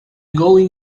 going